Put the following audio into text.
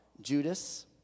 Judas